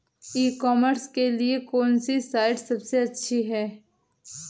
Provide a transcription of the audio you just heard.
ई commerce के लिए कौनसी साइट सबसे अच्छी है?